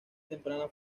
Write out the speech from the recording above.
temprana